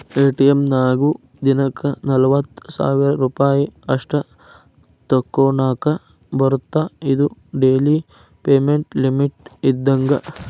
ATM ನ್ಯಾಗು ದಿನಕ್ಕ ನಲವತ್ತ ಸಾವಿರ್ ರೂಪಾಯಿ ಅಷ್ಟ ತೋಕೋನಾಕಾ ಬರತ್ತಾ ಇದು ಡೆಲಿ ಪೇಮೆಂಟ್ ಲಿಮಿಟ್ ಇದ್ದಂಗ